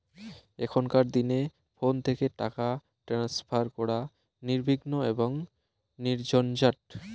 এখনকার দিনে ফোন থেকে টাকা ট্রান্সফার করা নির্বিঘ্ন এবং নির্ঝঞ্ঝাট